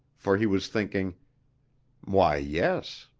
for he was thinking why, yes.